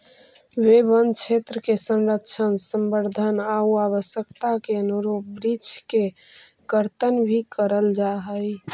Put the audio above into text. वे वनक्षेत्र के संरक्षण, संवर्धन आउ आवश्यकता के अनुरूप वृक्ष के कर्तन भी करल जा हइ